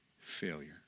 failure